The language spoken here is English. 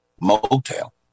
motel